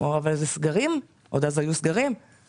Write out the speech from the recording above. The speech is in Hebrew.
כשהאדם אמר,